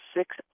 six